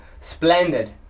Splendid